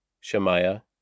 Shemaiah